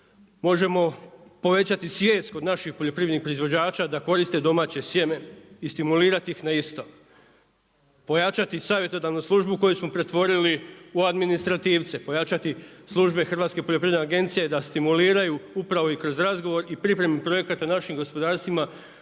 možemo povećati svijest kod naših poljoprivrednih proizvođača da koriste domaće sjeme i stimulirati ih na isto. Pojačati savjetodavnu službu koju smo pretvorili u administrativce, pojačati službe Hrvatske poljoprivredne agencije da stimuliraju upravo i kroz razgovor i pripremu projekata našim gospodarstvima